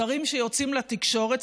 שרים שיוצאים לתקשורת,